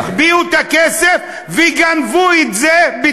והם החביאו את הכסף וגנבו אותו בתרמית,